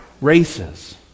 races